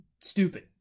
Stupid